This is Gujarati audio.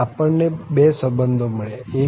આમ આપણ ને બે સંબંધો મળ્યા